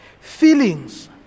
feelings